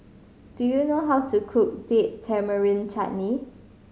do you know how to cook Date Tamarind Chutney